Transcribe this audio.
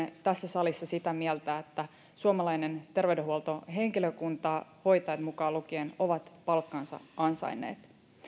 tässä salissa olemme sitä mieltä että suomalainen terveydenhuoltohenkilökunta hoitajat mukaan lukien on palkkansa ansainnut